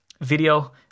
video